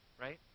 right